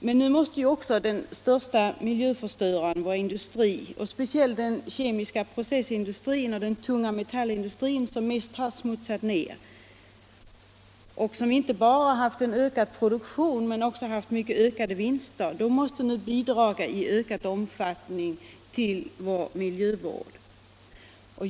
Men nu måste också den största miljöförstöraren — vår industri, och speciellt den kemiska processindustrin och den tunga metallindustrin, som mest har smutsat ned och som inte bara haft till resultat ökad produktion utan också ökade vinster — bidra i ökad omfattning till vår miljövård.